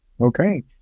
okay